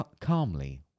calmly